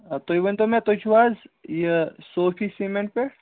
آ تُہۍ ؤنۍتو مےٚ تُہۍ چھُو حظ یہِ صوفی سیٖمٮ۪نٛٹ پٮ۪ٹھ